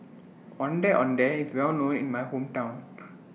Ondeh Ondeh IS Well known in My Hometown